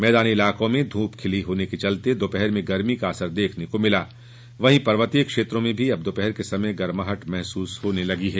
मैदानी इलाकों में धूप खिली होने के चलते दोपहर में गर्मी का असर देखने को मिला वहीं पर्वतीय क्षेत्रो में भी अब दोपहर के समय गर्माहट महसूस होने लगी है